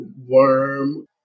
worm